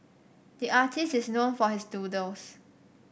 the artist is known for his doodles